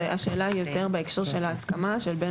השאלה היא יותר בהקשר של ההסכמה של בן